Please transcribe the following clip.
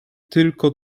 tylko